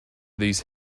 these